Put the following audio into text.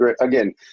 again